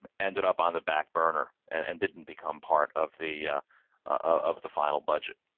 and ended up on the back burner and didn't become part of the of the final budget.